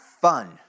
fun